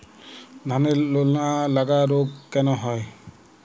ধানের লোনা লাগা রোগ কেন হয়?